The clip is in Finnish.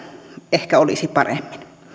ehkä olisi paremmin